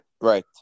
Right